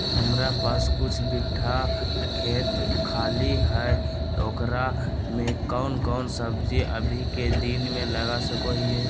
हमारा पास कुछ बिठा खेत खाली है ओकरा में कौन कौन सब्जी अभी के दिन में लगा सको हियय?